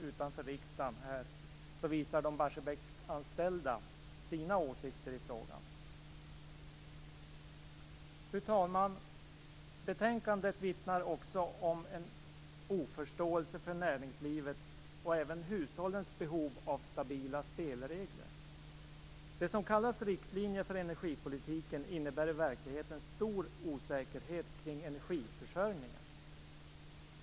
Utanför riksdagen visar Barsebäcksanställda sina åsikter i frågan. Fru talman! Betänkandet vittnar också om en oförståelse för näringslivets och även hushållens behov av stabila spelregler. Det som kallas riktlinjer för energipolitiken innebär i verkligheten stor osäkerhet kring energiförsörjningen.